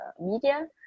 media